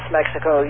Mexico